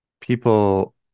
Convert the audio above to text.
people